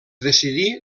decidí